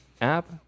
app